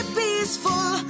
peaceful